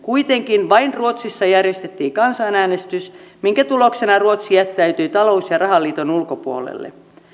kuitenkin vain ruotsissa järjestettiin kansanäänestys minkä tuloksena ruotsi jättäytyi talous ja rahaliiton ulkopuolelle